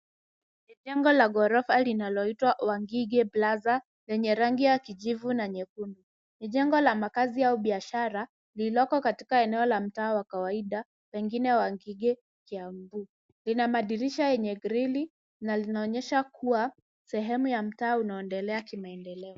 Ni jengo la ghorofa linaloitwa Wangigi Plaza lenye rangi ya kijivu na nyekundu. Ni jengo la makaazi au biashara lililoko katika eneo la mtaa wa kawaida pengine Wangige Kiambu. Lina madirisha yenye grili na linaonyesha kuwa sehemu ya mtaa unaoendelea kimaendeleo.